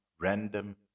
random